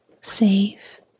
safe